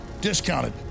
discounted